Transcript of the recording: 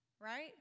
right